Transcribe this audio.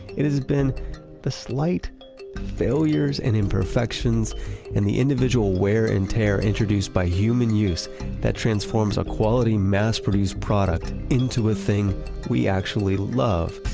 it has been the slight failures and imperfections and the individual wear and tear introduced by human use that transforms a quality mass-produced product into a thing we actually love.